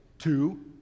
two